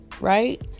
Right